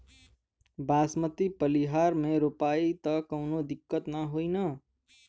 बासमती पलिहर में रोपाई त कवनो दिक्कत ना होई न?